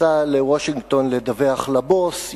ייסע לוושינגטון לדווח לבוס,